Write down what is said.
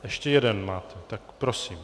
Ještě jeden máte, tak prosím.